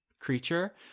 creature